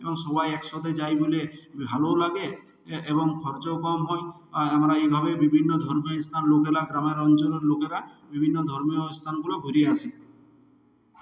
এবং সবাই একসথে যাই বলে ভালোও লাগে এ এবং খরচাও কম হয় আর আমরা এইভাবেই বিভিন্ন ধর্মীয় স্থান লোকেরা গ্রামের অঞ্চলের লোকেরা বিভিন্ন ধর্মীয় স্থানগুলো ঘুরেই আসি